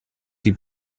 die